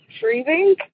freezing